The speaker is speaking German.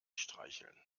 streicheln